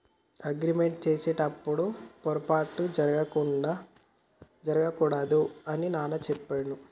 agreement చేసేటప్పుడు పొరపాట్లు జరగకూడదు అని నాన్న చెప్పిండు